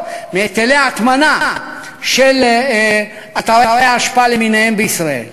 מהיטלי ההטמנה של אתרי האשפה למיניהם בישראל.